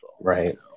Right